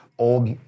old